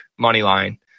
Moneyline